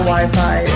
Wi-Fi